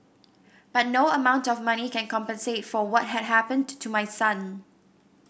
but no amount of money can compensate for what had happened to my son